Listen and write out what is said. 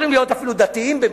יכולים אפילו להיות דתיים במקרה,